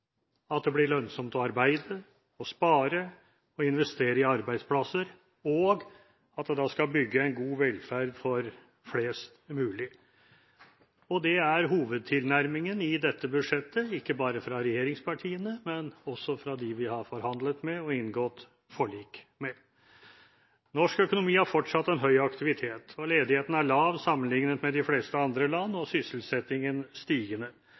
at det blir lønnsomt å arbeide, ved å spare og investere i arbeidsplasser og ved at det skal bygge en god velferd for flest mulig. Det er hovedtilnærmingen i dette budsjettet, ikke bare fra regjeringspartiene, men også fra dem vi har forhandlet med og inngått forlik med. Norsk økonomi har fortsatt høy aktivitet, ledigheten er lav sammenlignet med de fleste andre land, og sysselsettingen er stigende.